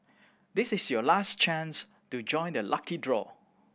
this is your last chance to join the lucky draw